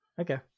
Okay